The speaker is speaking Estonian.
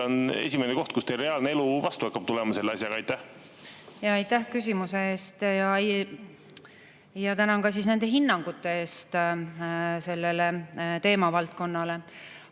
see esimene koht, kus teil reaalne elu vastu hakkab tulema selle asjaga. Aitäh küsimuse eest! Tänan ka nende hinnangute eest sellele teemavaldkonnale.